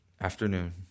afternoon